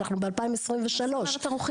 אנחנו כבר ב- 2023. מה זאת אומרת?